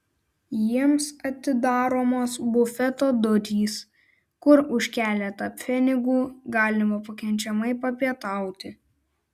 jiems atidaromos bufeto durys kur už keletą pfenigų galima pakenčiamai papietauti